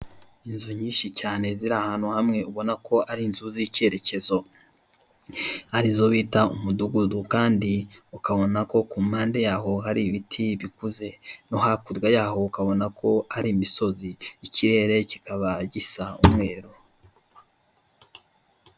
Inzu nyinshi cyane ziri ahantu hamwe ubona ko ari inzu z'icyerekezo, arizo bita umudugudu kandi ukabona ko ku mpande yaho hari ibiti bikuze, no hakurya yaho ukabona ko hari imisozi. Ikirere kikaba gisa umweru.